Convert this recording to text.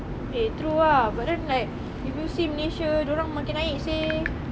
eh true ah but then like if you see malaysia diorang makin naik seh